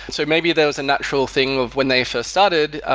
so maybe that was a natural thing of when they first started.